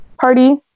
party